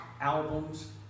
albums